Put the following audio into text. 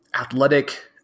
athletic